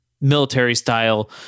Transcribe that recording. military-style